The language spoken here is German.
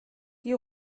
die